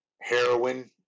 heroin